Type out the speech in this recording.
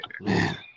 man